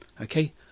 Okay